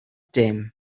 dim